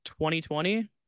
2020